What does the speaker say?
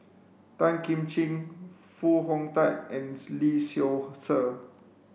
Tan Kim Ching Foo Hong Tatt and Lee Seow Ser